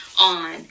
on